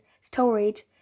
storage